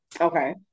Okay